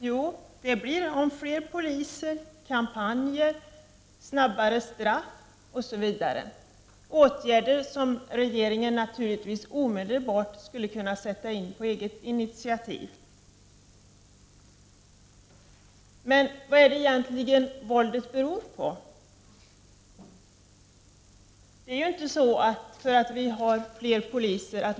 Jo, den handlar om fler poliser, kampanjer, snabbare straff osv. — åtgärder som regeringen naturligtvis omedelbart skulle kunna sätta in på eget initiativ. Vad beror våldet egentligen på? Våldet minskar ju inte för att vi har fler poliser.